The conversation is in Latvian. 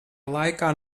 laikā